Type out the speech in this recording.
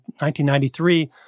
1993